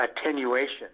attenuation